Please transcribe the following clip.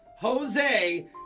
Jose